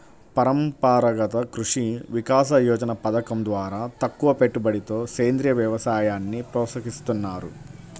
పరంపరాగత కృషి వికాస యోజన పథకం ద్వారా తక్కువపెట్టుబడితో సేంద్రీయ వ్యవసాయాన్ని ప్రోత్సహిస్తున్నారు